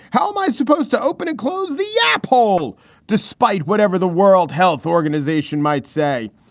how am i supposed to open and close the yap hole despite whatever the world health organization might say?